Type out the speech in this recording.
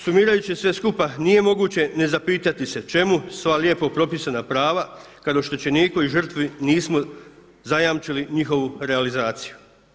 Sumirajući sve skupa nije moguće ne zapitati se čemu sva lijepo propisana prava kad oštećeniku i žrtvi nismo zajamčili njihovu realizaciju.